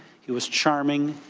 he was charming.